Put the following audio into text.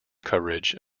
coverage